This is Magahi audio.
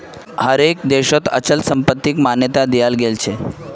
हर एक देशत अचल संपत्तिक मान्यता दियाल गेलछेक